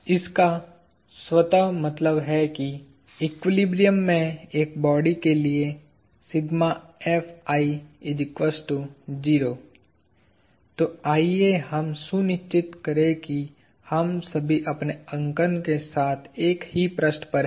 इसका स्वतः मतलब है कि एक्विलिब्रियम में एक बॉडी के लिए तो आइए हम सुनिश्चित करें कि हम सभी अपने अंकन के साथ एक ही पृष्ठ पर हैं